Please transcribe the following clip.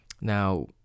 Now